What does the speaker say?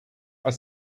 are